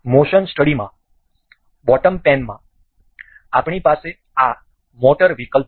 motion સ્ટડીમાં bottom પેનમાં આપણી પાસે આ મોટર વિકલ્પ છે